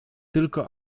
tylko